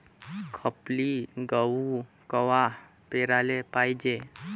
खपली गहू कवा पेराले पायजे?